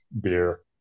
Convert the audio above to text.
beer